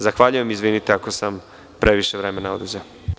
Zahvaljujem i izvinite ako sam previše vremena oduzeo.